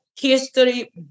History